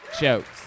jokes